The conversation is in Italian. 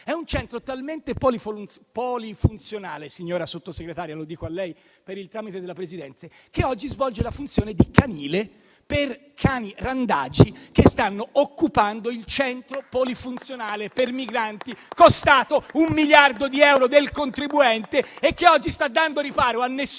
È un centro talmente polifunzionale - signora Sottosegretaria, lo dico a lei per il tramite della Presidente - che oggi svolge la funzione di canile per i cani randagi, che stanno occupando il centro polifunzionale per migranti costato un miliardo di euro del contribuente. Tale centro oggi non sta dando riparo a nessun